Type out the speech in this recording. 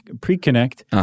Pre-Connect